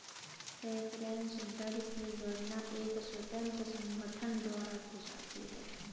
reference दर की गणना एक स्वतंत्र संगठन द्वारा की जाती है